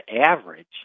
average